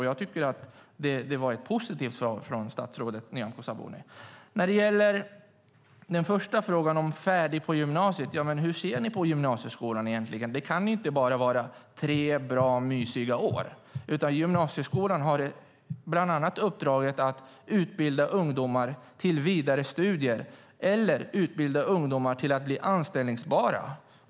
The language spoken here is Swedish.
Jag tycker att det var ett positivt svar från statsrådet Nyamko Sabuni. När det gäller den första frågan om att vara färdig efter gymnasiet undrar jag: Hur ser ni på gymnasieskolan egentligen? Det kan inte vara bara tre bra och mysiga år, utan gymnasieskolan har uppdraget att bland annat utbilda ungdomar till vidare studier eller utbilda ungdomar till att bli anställbara.